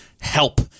help